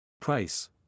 Price